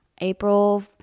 April